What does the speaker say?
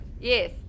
Yes